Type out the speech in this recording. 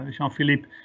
Jean-Philippe